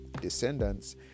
descendants